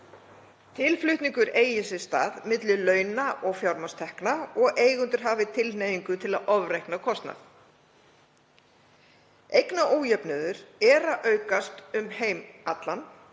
tilflutningur eigi sér stað milli launa og fjármagnstekna og eigendur hafi tilhneigingu til að ofreikna kostnað. Eignaójöfnuður er að aukast um heim allan